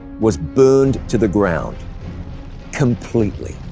was burned to the ground completely.